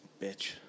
Bitch